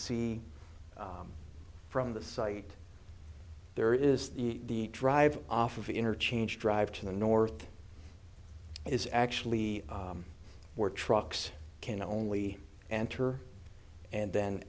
see from the site there is the drive off of interchange drive to the north is actually where trucks can only enter and then